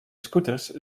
scooters